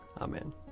Amen